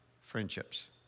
friendships